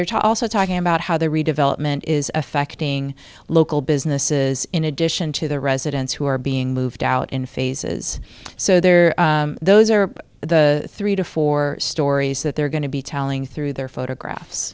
they're to also talking about how the redevelopment is affecting local businesses in addition to the residents who are being moved out in phases so there those are the three to four stories that they're going to be telling through their photographs